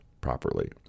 properly